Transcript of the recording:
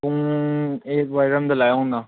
ꯄꯨꯡ ꯑꯩꯠ ꯋꯥꯏꯔꯝꯗ ꯂꯥꯛꯑꯣꯅ